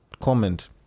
comment